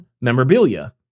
memorabilia